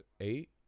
eight